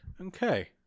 okay